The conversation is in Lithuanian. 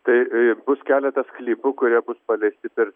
tai bus keletas klipų kurie bus paleisti per